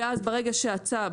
ואז ברגע שהצו,